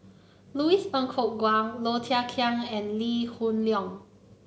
Louis Ng Kok Kwang Low Thia Khiang and Lee Hoon Leong